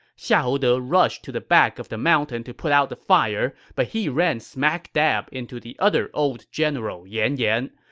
xiahou de rushed to the back of the mountain to put out the fire, but ran smack dab into the other old general, yan yan.